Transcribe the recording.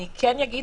ברור.